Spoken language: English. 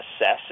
assess